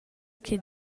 che